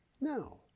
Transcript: No